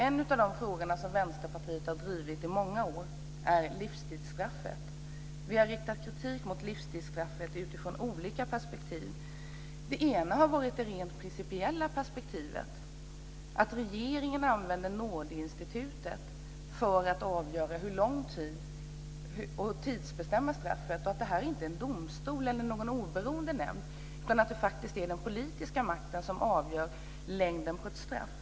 En av de frågor som Vänsterpartiet har drivit i många år är frågan om livstidsstraffet. Vi har riktat kritik mot livstidsstraffet utifrån olika perspektiv. Det ena har varit det rent principiella perspektivet, att regeringen använder nådeinstitutet för att tidsbestämma straffet. Och det är inte någon domstol eller någon oberoende nämnd utan den politiska makten som avgör längden på ett straff.